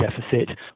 deficit